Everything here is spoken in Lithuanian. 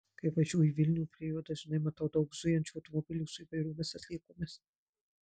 kai važiuoju į vilnių prie jo dažnai matau daug zujančių automobilių su įvairiomis atliekomis